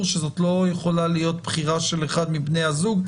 שזאת לא יכולה להיות בחירה של אחד מבני הזוג,